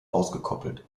ausgekoppelt